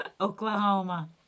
Oklahoma